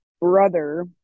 brother